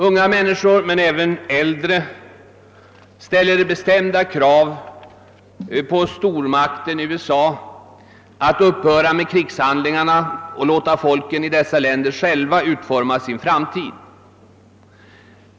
Unga människor, men även äldre, ställer bestämda krav på stormakten USA att upphöra med krigshandlingarna och låta folken i dessa länder själva utforma sin framtid.